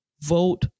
vote